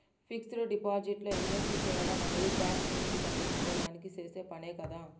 fixed deposit లో invest సేయడం అనేది ట్యాక్స్ నుంచి తప్పించుకోడానికి చేసే పనే కదా